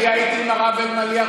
אני הייתי עם הרב אלמליח,